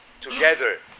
together